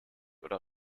oder